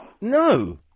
No